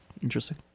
interesting